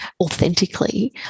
authentically